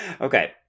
Okay